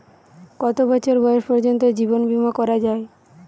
কত বছর বয়স পর্জন্ত জীবন বিমা করা য়ায়?